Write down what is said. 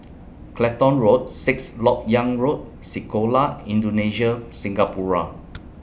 Clacton Road Sixth Lok Yang Road Sekolah Indonesia Singapura